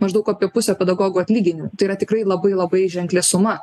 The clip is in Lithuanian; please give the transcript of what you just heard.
maždaug apie pusę pedagogų atlyginimų tai yra tikrai labai labai ženkli suma